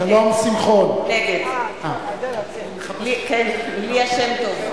נגד ליה שמטוב,